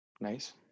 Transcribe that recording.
nice